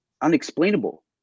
unexplainable